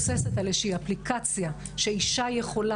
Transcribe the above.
שמבוססת על אפליקציה שאישה יכולה